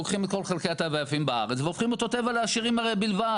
לוקחים את כל חלקי הטבע היפים בארץ והופכים אותם לטבע לעשירים בלבד.